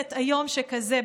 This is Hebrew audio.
/ חטא איום שכזה,